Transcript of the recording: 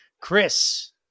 Chris